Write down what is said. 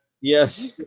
Yes